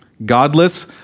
Godless